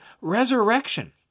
resurrection